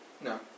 No